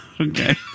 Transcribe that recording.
Okay